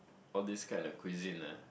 all this kind of cuisine ah